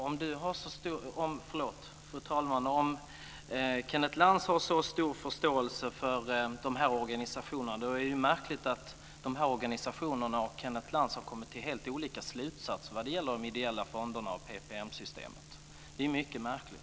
Fru talman! Om Kenneth Lantz har så stor förståelse för de här organisationerna är det märkligt att de och Kenneth Lantz har kommit till helt olika slutsatser vad gäller de ideella fonderna och PPM-systemet. Det är mycket märkligt.